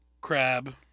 crab